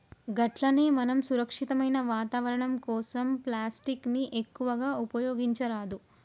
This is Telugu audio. గట్లనే మనం సురక్షితమైన వాతావరణం కోసం ప్లాస్టిక్ ని ఎక్కువగా ఉపయోగించరాదు